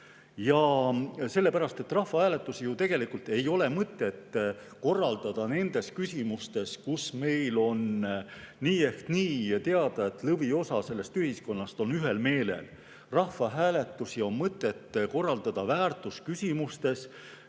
Sellepärast, et rahvahääletusi ju ei ole mõtet korraldada nendes küsimustes, kus meil on nii ehk nii teada, et lõviosa ühiskonnast on ühel meelel. Rahvahääletusi on mõtet korraldada väärtusküsimustes,